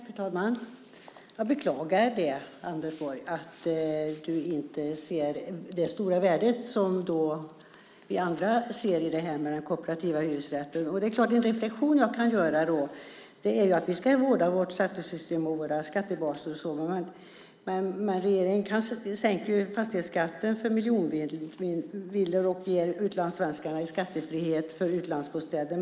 Fru talman! Jag beklagar, Anders Borg, att du inte ser det stora värde som vi andra ser i det här med kooperativa hyresrätter. En reflexion som jag kan göra är att visst, vi ska vårda vårt skattesystem och våra skattebaser. Men regeringen sänker ju fastighetsskatten för miljonvillor och ger utlandssvenskar skattefrihet för utlandsbostäder.